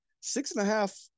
Six-and-a-half